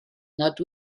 nad